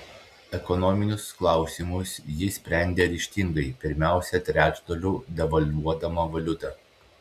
ekonominius klausimus ji sprendė ryžtingai pirmiausia trečdaliu devalvuodama valiutą